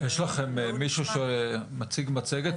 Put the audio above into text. יש לכם מישהו שמציג מצגת,